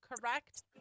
correct